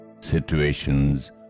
situations